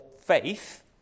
faith